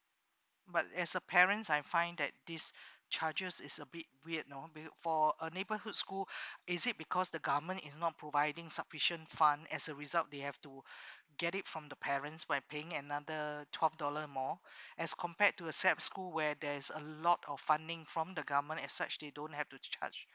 but as a parents I find that this charges is a bit weird no because for a neighbourhood school is it because the government is not providing sufficient fund as a result they have to get it from the parents by paying another twelve dollar more as compared to a sap school where there's a lot of funding from the government as such they don't have to charge